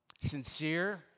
sincere